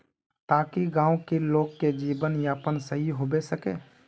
ताकि गाँव की लोग के जीवन यापन सही होबे सके?